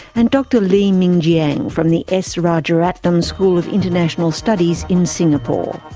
and dr li mingjiang from the s. rajaratnam school of international studies in singapore.